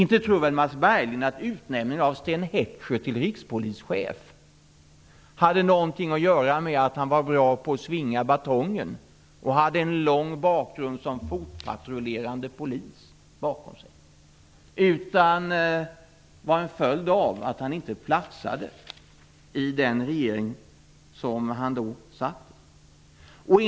Inte tror väl Mats Berglind att utnämningen av Sten Heckscher till rikspolischef hade någonting att göra med att han är bra på att svinga batongen och har en lång bakgrund som fotpatrullerande polis? Den var en följd av att han inte platsade i den regering som han då satt i.